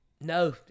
No